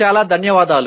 చాలా ధన్యవాదాలు